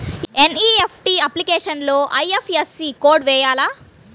NEFT అప్లికేషన్లో IFSC code వేయాలా?